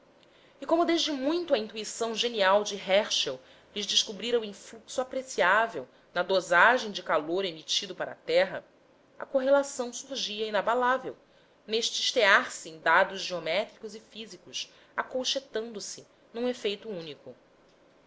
e como desde muito a intuição genial de herschel lhes descobrira o influxo apreciável na dosagem de calor emitido para a terra a correlação surgia inabalável neste estear se em dados geométricos e físicos acolchetando se num efeito único